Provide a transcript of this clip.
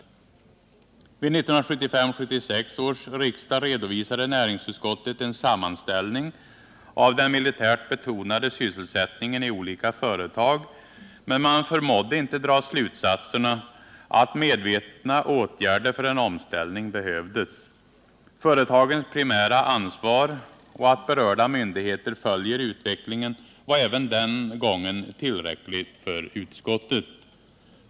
Vid 1975/76 års riksdag redovisade näringsutskottet en sammanställning av den militärt betonade sysselsättningen i olika företag men förmådde inte dra slutsatserna att medvetna åtgärder för en omställning behövdes. Företagens primära ansvar och att berörda myndigheter följer utvecklingen var även denna gång tillräckligt för utskottet.